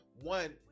one